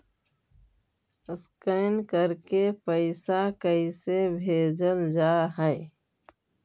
Scan करके पैसा कैसे भेजल जा हइ?